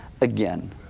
again